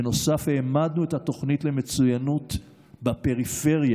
בנוסף העמדנו את התוכנית למצוינות בפריפריה,